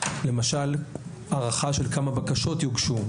למשל הערכה של כמה בקשות יוגשו.